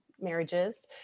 marriages